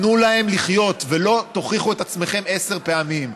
תנו להם לחיות, ולא "תוכיחו את עצמכם" עשר פעמים.